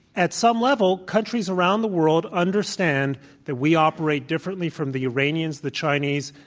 at some level, countries around the world understand that we operate differently from the iranians, the chinese,